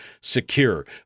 secure